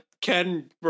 Ken